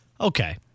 Okay